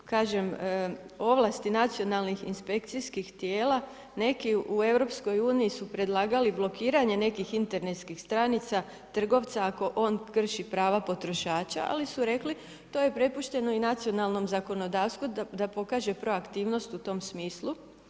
Kažem ovlasti nacionalnih inspekcijskih tijela neki u EU su predlagali blokiranje nekih internatskih stranica, trgovca, ako on krši prava potrošača, ali su rekli to je prepušteno nacionalnom zakonodavstvu, da pokaže proaktivnost u tom smislu.